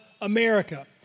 America